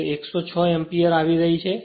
તે 106 એમ્પીયરઆવી રહી છે